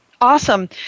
awesome